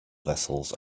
vessels